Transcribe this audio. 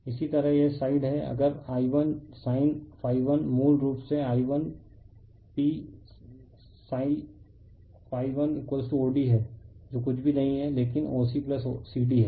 इसी तरह यह साइड है अगर I1sin 1 मूल रूप से I1psi 1OD है जो कुछ भी नहीं है लेकिन OC CD है